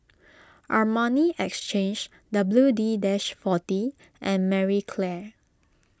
Armani Exchange W D dash forty and Marie Claire